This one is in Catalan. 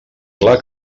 clar